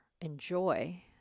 enjoy